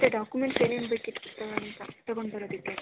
ಅದೇ ಡಾಕುಮೆಂಟ್ಸ್ ಏನೇನು ಬೇಕಿತ್ತು ಅಂತ ತಗೊಂಡು ಬರೋದಕ್ಕೆ